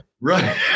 Right